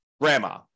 grandma